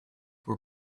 were